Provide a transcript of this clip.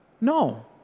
no